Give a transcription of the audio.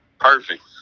Perfect